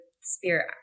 spirit